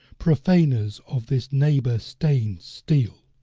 profaners of this neighbour-stained steel